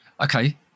Okay